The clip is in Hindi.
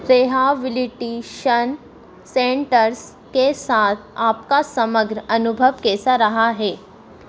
रिहैबिलिटेशन सेन्टर्स के साथ आपका समग्र अनुभव कैसा रहा है